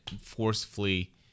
forcefully